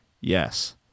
yes